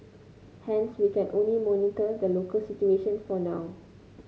hence we can only monitor the local situation for now